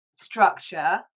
structure